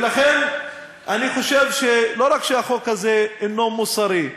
ולכן, אני חושב שלא רק שהחוק הזה אינו מוסרי,